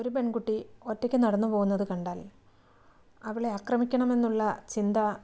ഒരു പെൺകുട്ടി ഒറ്റയ്ക്ക് നടന്നു പോകുന്നതു കണ്ടാൽ അവളെ ആക്രമിക്കണമെന്നുള്ള ചിന്ത